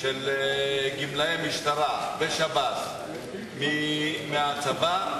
של גמלאי משטרה ושב"ס מהצבא,